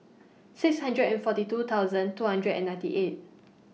six hundred and forty two thousand two hundred and ninety eight